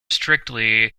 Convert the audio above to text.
strictly